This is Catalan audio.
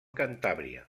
cantàbria